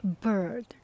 bird